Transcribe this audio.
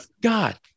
God